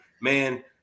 man